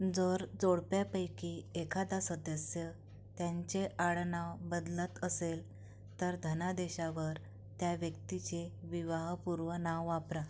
जर जोडप्यापैकी एखादा सदस्य त्यांचे आडनाव बदलत असेल तर धनादेशावर त्या व्यक्तीचे विवाहपूर्व नाव वापरा